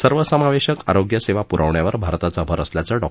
सर्वसमावेशक आरोग्य सेवा पुरवण्यावर भारताचा भर असल्याचं डॉ